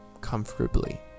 comfortably